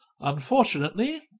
Unfortunately